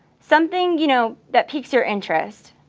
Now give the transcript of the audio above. something, you know, that peaks your interest.